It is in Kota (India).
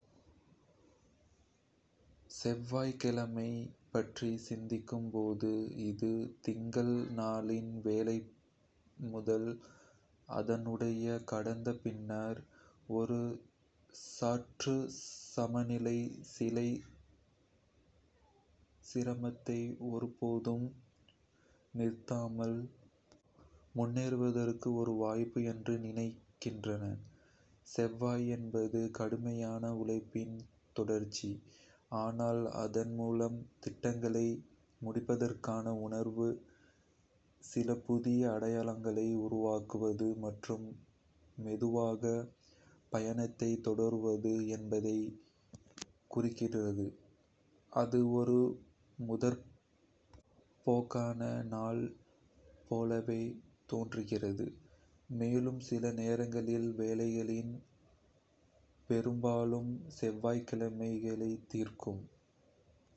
செவ்வாய் கிழமை பற்றி சிந்திக்கும் போது, அது திங்கள் நாளின் வேலைப்பளுவின் முதல் தடையை கடந்த பின்னர், ஒரு சற்று சமநிலை நிலை, சிரமத்தை ஒருபோதும் நிறுத்தாமல் முன்னேறுவதற்கு ஒரு வாய்ப்பு என்று நினைக்கின்றேன். செவ்வாய் என்பது கடுமையான உழைப்பின் தொடர்ச்சி, ஆனால் அதன் மூலம் திட்டங்களை முடிப்பதற்கான உணர்வு, சில புதிய அடையாளங்களை உருவாக்குவது, மற்றும் மெதுவாக பயணத்தை தொடர்வது என்பதைக் குறிக்கின்றது. அது ஒரு முற்போக்கான நாள் போலவே தோன்றுகிறது, மேலும் சில நேரங்களில் வேலைகளின் ருதுவை பெரும்பாலும் செவ்வாய் கிழமைதான் தீர்க்கும்.